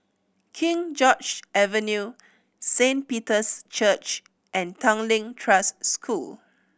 King George Avenue Saint Peter's Church and Tanglin Trust School